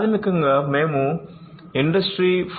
ప్రాథమికంగా మేము ఇండస్ట్రీ 4